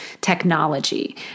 technology